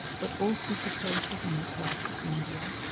but also to places on the coast of india,